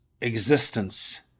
existence